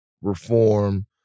reform